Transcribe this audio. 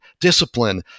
discipline